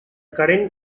current